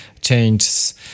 changes